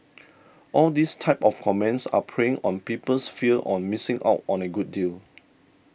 all these type of comments are preying on people's fear on missing out on a good deal